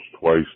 twice